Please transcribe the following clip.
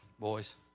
boys